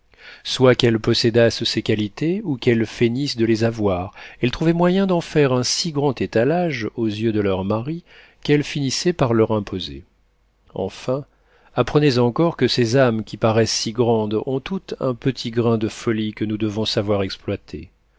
soit qu'elles possédassent ces qualités ou qu'elles feignissent de les avoir elles trouvaient moyen d'en faire un si grand étalage aux yeux de leurs maris qu'elles finissaient par leur imposer enfin apprenez encore que ces âmes qui paraissent si grandes ont toutes un petit grain de folie que nous devons savoir exploiter